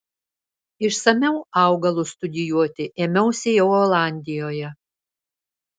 išsamiau augalus studijuoti ėmiausi jau olandijoje